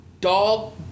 dog